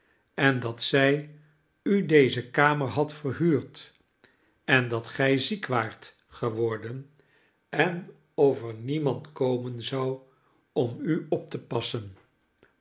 en dat zij u deze kamer had verhuurd en dat gij ziek waart geworden en of er niemand komen zou om u op te passen